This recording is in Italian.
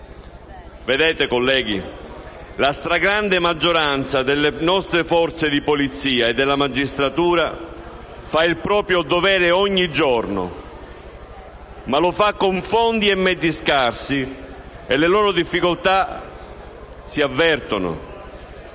Vedete, colleghi, la stragrande maggioranza delle nostre forze di polizia e della magistratura fa il proprio dovere ogni giorno, ma lo fa con fondi e mezzi scarsi, e le loro difficoltà si avvertono.